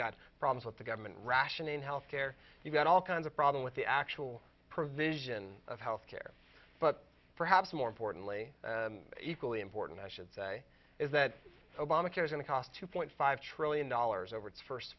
got problems with the government rationing health care you've got all kinds of problem with the actual provision of health care but perhaps more importantly equally important i should say is that obamacare is going to cost two point five trillion dollars over to first